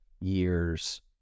years